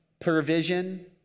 provision